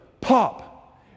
pop